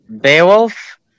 Beowulf